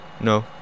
No